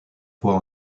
fois